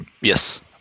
Yes